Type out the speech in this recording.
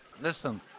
Listen